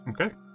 okay